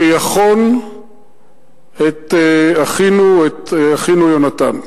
שיחון את אחינו יונתן.